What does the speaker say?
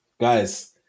guys